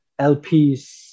lps